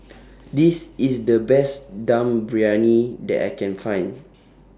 This IS The Best Dum Briyani that I Can Find